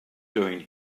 doing